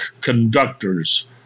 conductors